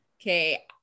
okay